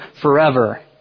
forever